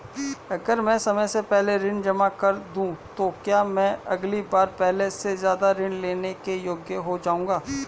अगर मैं समय से पहले ऋण जमा कर दूं तो क्या मैं अगली बार पहले से ज़्यादा ऋण लेने के योग्य हो जाऊँगा?